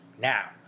Now